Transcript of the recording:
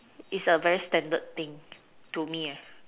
is a very standard thing to me